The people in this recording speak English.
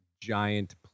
giant